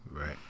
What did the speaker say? Right